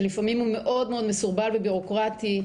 שלפעמים הוא מאוד-מאוד מסורבל ובירוקרטי,